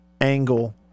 angle